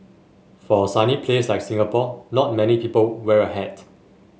for a sunny place like Singapore not many people wear a hat